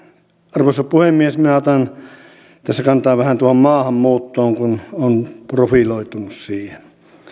arvoisa puhemies minä otan tässä kantaa vähän tuohon maahanmuuttoon kun olen profiloitunut siihen